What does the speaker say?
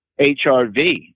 HRV